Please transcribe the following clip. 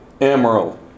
emerald